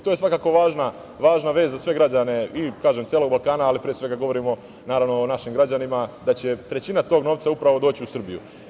To je svakako važna vest za sve građane celog Balkana, ali pre svega govorim, naravno, o našim građanima, da će trećina tog novca upravo doći u Srbiju.